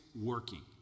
working